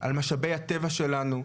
על משאבי הטבע שלנו,